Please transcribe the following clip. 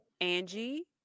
Angie